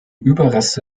überreste